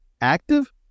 active